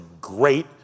great